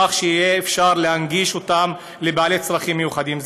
כך שיהיה אפשר להנגיש אותן לבעלי צרכים מיוחדים.